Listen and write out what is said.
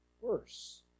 worse